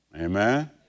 Amen